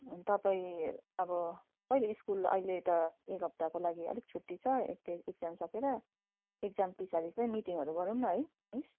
अनि तपाईँ अब कहिले स्कुल अहिले त एक हप्ताको लागि अलिक छुट्टी छ यस्तै एक्जाम सकिएर एक्जाम पछाडि चाहिँ मिटिङहरू गरौँ न है है